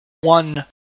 one